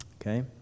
Okay